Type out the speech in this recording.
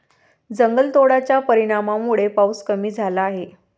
जंगलतोडाच्या परिणामामुळे पाऊस कमी झाला आहे